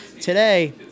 today